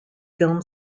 film